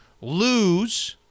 lose